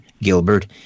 Gilbert